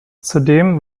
zudem